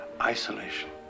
isolation